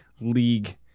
league